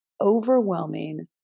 overwhelming